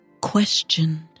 questioned